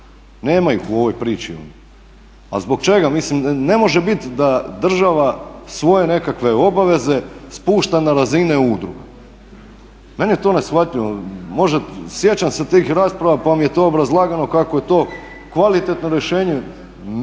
Nema ih u ovoj priči ovdje. A zbog čega? Mislim, ne može biti da država svoje nekakve obaveze spušta na razine udruga, meni je to neshvatljivo. Sjećam se tih rasprava pa mi je to obrazlagano kako je to kvalitetno rješenje,